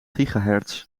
gigahertz